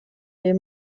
les